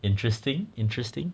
interesting interesting